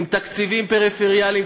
עם תקציבים פריפריאליים,